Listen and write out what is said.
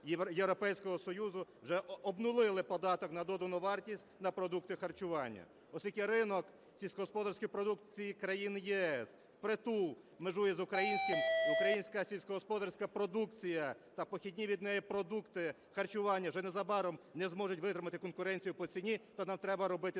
Європейського Союзу вже обнулили податок на додану вартість на продукти харчування. Оскільки ринок сільськогосподарської продукції країн ЄС в притул межує з українським, українська сільськогосподарська продукція та похідні від неї продукти харчування вже незабаром не зможуть витримати конкуренцію по ціні, то нам треба робити